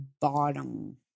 bottom